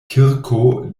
kirko